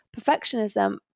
perfectionism